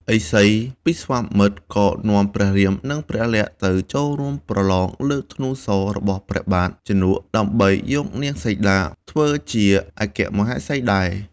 ឥសីពិស្វាមិត្រ ក៏នាំព្រះរាម និង ព្រះលក្សណ៍ទៅចូលរួមប្រឡងលើកធ្នូសររបស់ព្រះបាទជនក ដើម្បីយកនាងសីតាធ្វើជាអគ្គមហេសីដែរ។